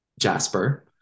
Jasper